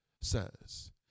says